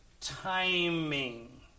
timing